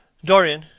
dorian,